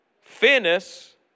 Fairness